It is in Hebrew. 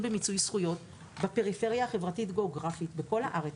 במיצוי זכויות בפריפריה החברתית-גיאוגרפית בכל הארץ.